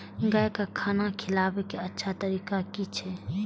गाय का खाना खिलाबे के अच्छा तरीका की छे?